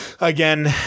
again